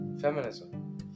Feminism